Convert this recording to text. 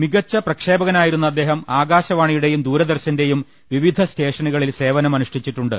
മികച്ച പ്രക്ഷേപകനായിരുന്ന അദ്ദേഹം ആകാശവാണിയുടെയും ദൂരദർശ ന്റെയും വിവിധ സ്റ്റേഷനുകളിൽ സേ്വനമനുഷ്ഠിച്ചിട്ടുണ്ട്